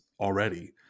already